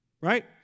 Right